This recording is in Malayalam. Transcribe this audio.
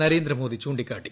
നരേന്ദ്രമോദി ചൂണ്ടിക്കാട്ടി